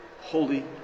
holy